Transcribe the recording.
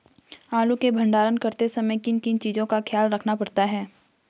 आलू के भंडारण करते समय किन किन चीज़ों का ख्याल रखना पड़ता है?